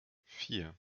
vier